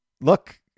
look